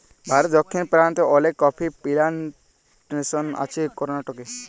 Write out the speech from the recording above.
ভারতে দক্ষিণ পেরান্তে অলেক কফি পিলানটেসন আছে করনাটকে